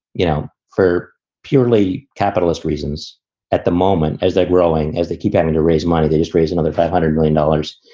you know, for purely capitalist reasons at the moment, as they're growing, as they keep having to raise money, they just raise another five hundred billion dollars,